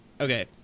okay